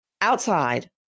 outside